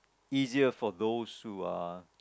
easier for those who are